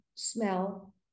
smell